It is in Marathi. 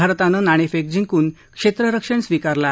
भारतानं नाणेफेक जिंकून क्षेत्ररक्षण स्वीकारलं आहे